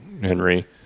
Henry